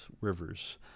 rivers